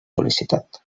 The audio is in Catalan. sol·licitat